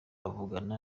avugana